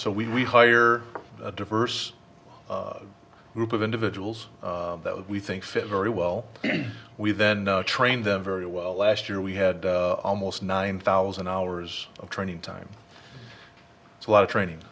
o we hire a diverse group of individuals that we think fit very well we then trained them very well last year we had almost nine thousand hours of training time it's a lot of training